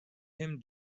him